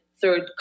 third